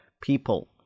people